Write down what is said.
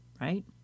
right